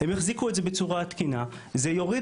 הם יחזיקו את זה בצורה תקינה וזה יוריד